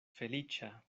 feliĉa